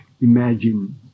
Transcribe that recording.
imagine